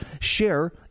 share